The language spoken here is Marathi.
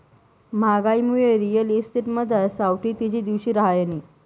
म्हागाईनामुये रिअल इस्टेटमझार सावठी तेजी दिवशी रहायनी